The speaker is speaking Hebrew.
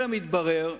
אלא מתברר,